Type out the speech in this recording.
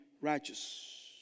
righteous